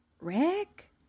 Rick